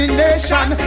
nation